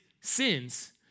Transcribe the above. sins